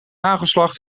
hagelslag